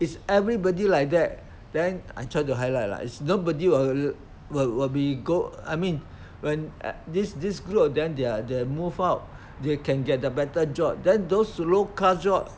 it's everybody like that then I try to highlight lah is nobody will will will be go I mean when at this this group of them they're they're move out they can get a better job then those low class job